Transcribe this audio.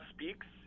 Speaks